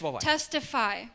Testify